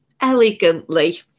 elegantly